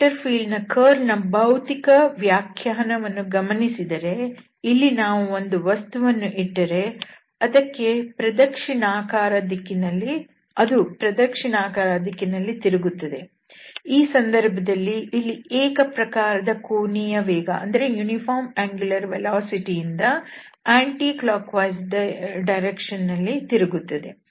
vector field ಯ curl ನ ಭೌತಿಕ ವ್ಯಾಖ್ಯಾನವನ್ನು ಗಮನಿಸಿದರೆ ಇಲ್ಲಿ ನಾವು ಒಂದು ವಸ್ತುವನ್ನು ಇಟ್ಟರೆ ಅದು ಪ್ರದಕ್ಷಿಣಾಕಾರದ ದಿಕ್ಕಿನಲ್ಲಿ ತಿರುಗುತ್ತದೆ ಈ ಸಂದರ್ಭದಲ್ಲಿ ಇಲ್ಲಿ ಏಕಪ್ರಕಾರದ ಕೋನೀಯ ವೇಗ ದಿಂದ ಅಪ್ರದಕ್ಷಿಣ ವಾಗಿ ತಿರುಗುತ್ತದೆ